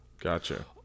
Gotcha